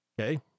okay